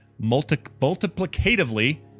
multiplicatively